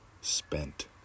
spent